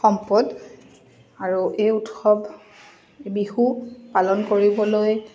সম্পদ আৰু এই উৎসৱ বিহু পালন কৰিবলৈ